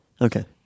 Okay